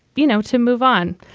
you know, to move on.